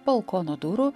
balkono durų